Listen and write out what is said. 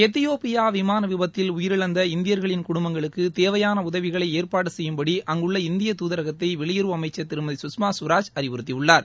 எத்தியோபியா விமாள விபத்தில் உயிரிழந்த இந்தியர்களின் குடும்பங்களுக்கு தேவையான உதவிகளை ஏற்பாடு செய்யும்படி அங்குள்ள இந்தியத் துதரகத்தை வெளியுறவு அமைச்ச் திருமதி கஷ்மா சுவராஜ் அறிவுறுத்தியுள்ளார்